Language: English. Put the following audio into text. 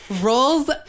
Rolls